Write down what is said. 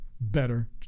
better